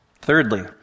Thirdly